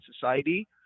society